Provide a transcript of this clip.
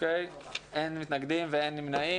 מי נמנע?